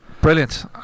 brilliant